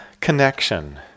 connection